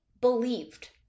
believed